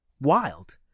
wild